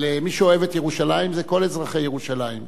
אבל מי שאוהב את ירושלים זה כל אזרחי ירושלים,